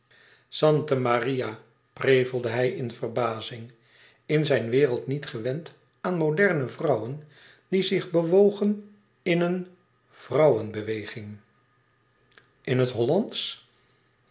santa maria prevelde hij in verbazing in zijne wereld niet gewend aan moderne vrouwen die zich bewogen in een vrouwenbeweging in het hollandsch